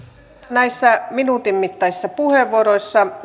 näissä minuutin mittaisissa puheenvuoroissa